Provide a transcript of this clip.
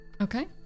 Okay